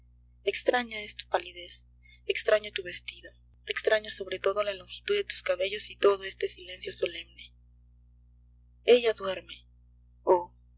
es tu palidez extraño tu vestido extraña sobre todo la longitud de tus cabellos y todo este silencio solemne ella duerme oh